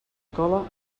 cola